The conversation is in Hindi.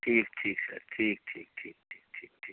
ठीक ठीक सर ठीक ठीक ठीक ठीक ठीक ठीक